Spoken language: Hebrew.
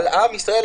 על עם ישראל,